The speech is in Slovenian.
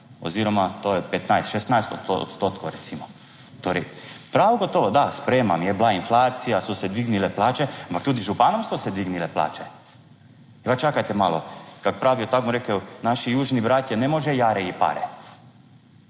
oziroma to je 15, 16 odstotkov recimo. Torej, prav gotovo, da sprejemam, je bila inflacija, so se dvignile plače, ampak tudi županom so se dvignile plače. Sedaj pa čakajte malo, kaj pravijo, tako bom rekel, naši južni bratje ne može jare i pare.